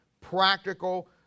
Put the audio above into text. practical